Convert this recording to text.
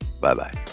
Bye-bye